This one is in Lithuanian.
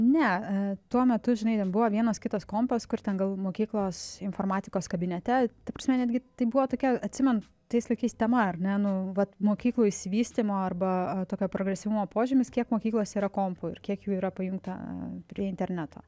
ne tuo metu žinai buvo vienas kitas kampas kur ten gal mokyklos informatikos kabinete ta prasme netgi tai buvo tokia atsimenu tais laikais tema ar ne nu vat mokyklų išsivystymo arba tokio progresyvumo požymis kiek mokyklose yra kampų ir kiek jų yra pajungta prie interneto